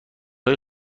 های